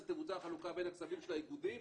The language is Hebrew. תבוצע החלוקה בין הכספים של האיגודים